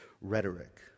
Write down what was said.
rhetoric